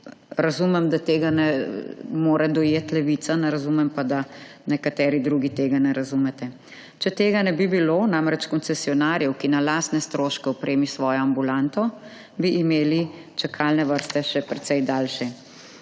razumem, da tega ne more dojeti Levica, ne razumem pa, da nekateri drugi 32. TRAK: (ŠZ) – 11.50 (nadaljevanje) tega ne razumete. Če tega ne bi bilo, namreč koncesionarjev, ki na lastne stroške opremi svojo ambulanto, bi imeli čakalne vrste še precej daljše.